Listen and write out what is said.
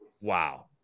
Wow